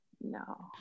no